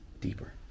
deeper